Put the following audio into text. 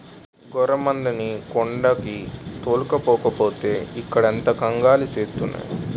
గొర్రెమందల్ని కొండకి తోలుకెల్లకపోతే ఇక్కడంత కంగాలి సేస్తున్నాయి